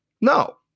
No